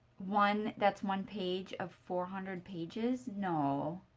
one that's one page of four hundred pages! no!